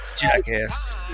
Jackass